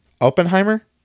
Oppenheimer